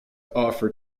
offer